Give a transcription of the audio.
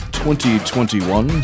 2021